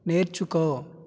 నేర్చుకో